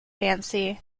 fancy